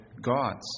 gods